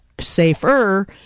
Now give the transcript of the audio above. safer